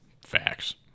Facts